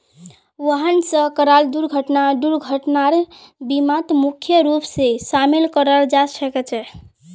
वाहन स कराल दुर्घटना दुर्घटनार बीमात मुख्य रूप स शामिल कराल जा छेक